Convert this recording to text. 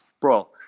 Bro